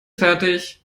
fertig